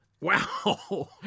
wow